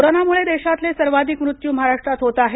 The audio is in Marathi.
कोरोनामुळे देशातले सर्वाधिक मृत्यू महाराष्ट्रात होत आहेत